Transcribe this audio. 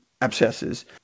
abscesses